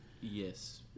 Yes